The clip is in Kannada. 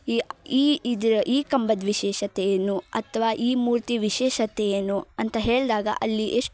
ಈ ಈ ಇದು ಈ ಕಂಬದ ವಿಶೇಷತೆ ಏನು ಅಥ್ವಾ ಈ ಮೂರ್ತಿ ವಿಶೇಷತೆ ಏನು ಅಂತ ಹೇಳಿದಾಗ ಅಲ್ಲಿ ಎಷ್ಟು